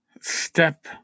step